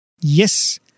Yes